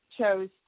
chose